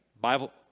Bible